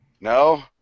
No